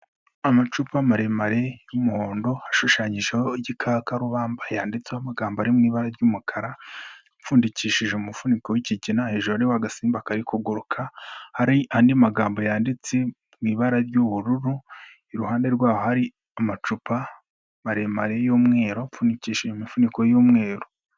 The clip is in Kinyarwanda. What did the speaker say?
Amacupa maremare y'umuhondo, ashushanyijeho igikakarubamba, yanditseho amagambo ari mu ibara ry'umukara, ipfundikishije umufuniko w'iki kina, hejuru w'agasimba kari kuguruka hari andi magambo yanditse mu ibara ry'ubururu, iruhande rwaho hari amacupa maremare y'umweru, apfunyikishije imifuniko y'umweru.